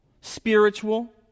spiritual